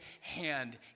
hand